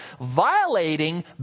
violating